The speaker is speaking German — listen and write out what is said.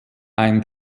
ein